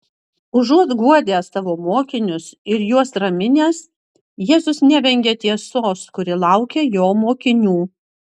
užuot guodęs savo mokinius ir juos raminęs jėzus nevengia tiesos kuri laukia jo mokinių